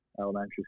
elementary